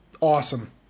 Awesome